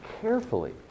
carefully